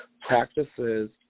practices